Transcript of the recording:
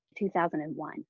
2001